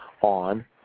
on